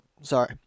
Sorry